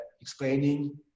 explaining